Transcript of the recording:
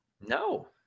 No